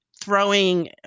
throwing